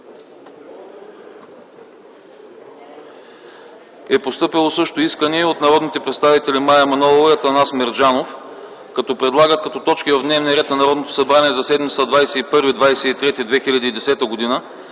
е постъпило искане от народните представители Мая Манолова и Атанас Мерджанов, които предлагат като точки в дневния ред на Народното събрание за седмицата за 21 23 юли 2010 г.,